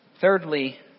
Thirdly